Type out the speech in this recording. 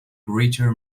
greater